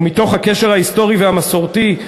ומתוך הקשר ההיסטורי והמסורתי,